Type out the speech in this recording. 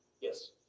Yes